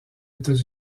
états